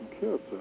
kids